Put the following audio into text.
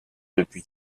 depuis